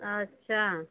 अच्छा